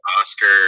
Oscar